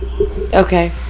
Okay